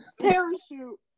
parachute